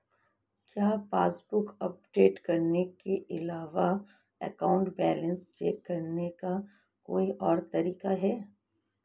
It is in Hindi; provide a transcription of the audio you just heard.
क्या पासबुक अपडेट करने के अलावा अकाउंट बैलेंस चेक करने का कोई और तरीका है?